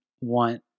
want